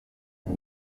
aya